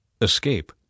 Escape